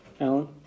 Alan